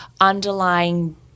underlying